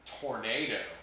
tornado